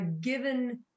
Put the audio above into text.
given